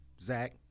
zach